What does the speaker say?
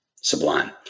Sublime